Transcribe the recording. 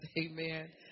Amen